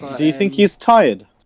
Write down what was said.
think he's tired